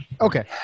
Okay